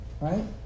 Right